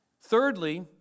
Thirdly